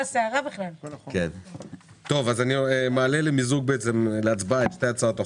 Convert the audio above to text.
אני מעלה להצבעה את מיזוג שתי הצעות החוק,